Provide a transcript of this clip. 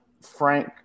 Frank